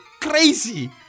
Crazy